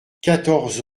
quatorze